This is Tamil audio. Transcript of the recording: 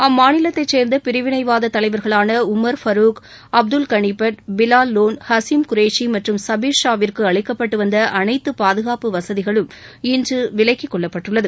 அம்மாநிலத்தை சேர்ந்த பிரிவினைவாத தலைவர்களான உமர் ஃபருக் அப்துல் கனிபட் பிலால் லோன் ஹசீம் குரேஷி மற்றும் சபீர் ஷா விற்கு அளிக்கப்பட்டு வந்த அனைத்து பாதுகாப்பு வசதிகளும் இன்று விலக்கிக் கொள்ளப்பட்டுள்ளது